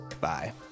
Bye